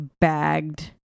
bagged